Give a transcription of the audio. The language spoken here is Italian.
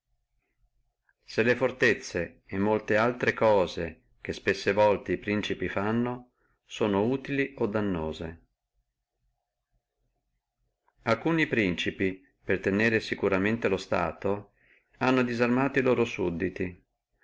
se le fortezze e molte altre cose che ogni giorno si fanno da principi sono utili o no alcuni principi per tenere securamente lo stato hanno disarmato e loro sudditi